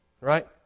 right